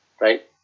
right